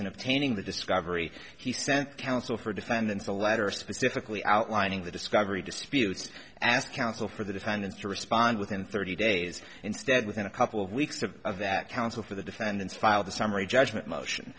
obtaining the discovery he sent counsel for defendants a letter specifically outlining the discovery disputes ask counsel for the defendants to respond within thirty days instead within a couple of weeks of of that counsel for the defendants filed a summary judgment motion